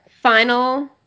final